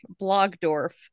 Blogdorf